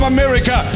America